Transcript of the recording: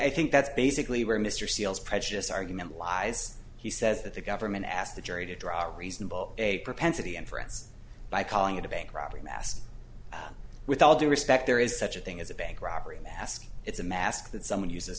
i think that's basically where mr steele's prejudice argument lies he says that the government asked the jury to draw a reasonable a propensity inference by calling it a bank robbery mass with all due respect there is such a thing as a bank robbery mask it's a mask that someone uses